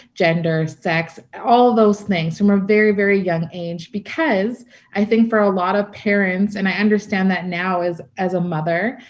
gender, sex, all those things from a very, very young age because i think for a lot of parents and i understand that now as as a mother